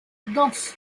dos